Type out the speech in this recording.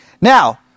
Now